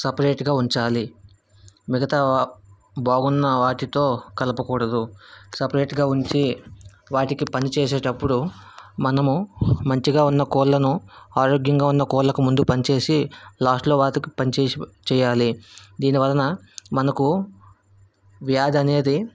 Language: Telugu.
సెపరేట్గా ఉంచాలి మిగితా బాగున్న వాటితో కలపకూడదు సెపరేట్గా ఉంచి వాటికి పని చేసేటప్పుడు మనము మంచిగా ఉన్న కోళ్ళను ఆరోగ్యంగా ఉన్న కోళ్ళకు ముందు పనిచేసి లాస్ట్లో వాటికి పనిచేసి చెయ్యాలి దీని వలన మనకు వ్యాధి అనేది